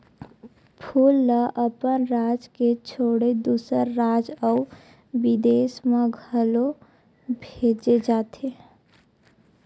फूल ल अपन राज के छोड़े दूसर राज अउ बिदेस म घलो भेजे जाथे